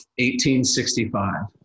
1865